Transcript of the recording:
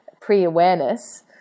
pre-awareness